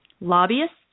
lobbyists